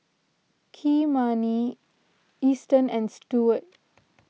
Kymani Easton and Stewart